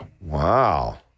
Wow